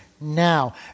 now